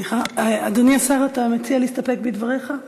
אדוני השר, אתה מציע להסתפק בדבריך?